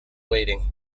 waiting